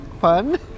fun